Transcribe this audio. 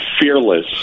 fearless